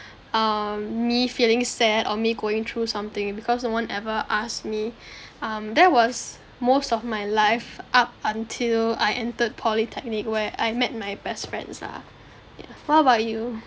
um me feeling sad or me going through something because no one ever asked me um that was most of my life up until I entered polytechnic where I met my best friends ah ya what about you